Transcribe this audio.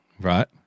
right